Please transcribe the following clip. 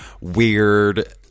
weird